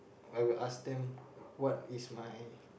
I will ask them what is my